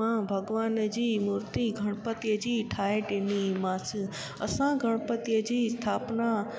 मां भॻवान जी मूर्ती गणपतिअ जी ठाहे ॾिनीमांसि असां गणपतिअ जी स्थापना